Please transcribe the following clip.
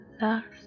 last